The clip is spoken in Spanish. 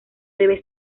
debe